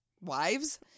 wives